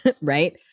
right